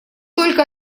только